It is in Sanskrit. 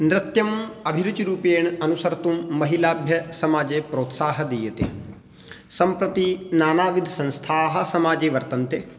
नृत्यम् अभिरुचिरूपेण अनुसर्तुं महिलाभ्यः समाजे प्रोत्साहः दीयते सम्प्रति नानाविधसंस्थाः समाजे वर्तन्ते